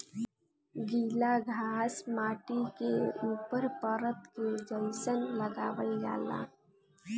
गिला घास माटी के ऊपर परत के जइसन लगावल जाला